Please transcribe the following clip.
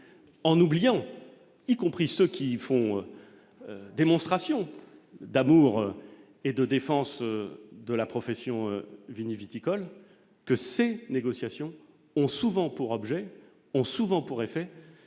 en oubliant, y compris ceux qui font démonstration d'amour et de défense de la profession viticole que c'est négociations ont souvent pour objet ont souvent pour effet